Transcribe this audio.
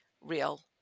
real